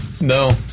no